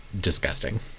disgusting